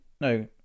No